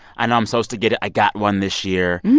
i know i'm supposed to get it. i got one this year.